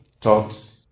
taught